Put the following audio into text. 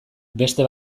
beste